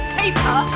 paper